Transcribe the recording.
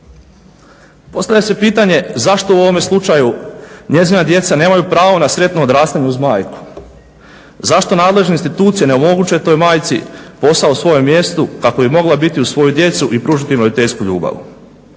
Postavlja se pitanje zašto u ovome slučaju njezina djeca nemaju pravo na sretno odrastanje uz majku? Zašto nadležne institucije ne omoguće toj majci posao u svom mjestu kako bi mogla biti uz svoju djecu i pružiti im roditeljsku ljubav?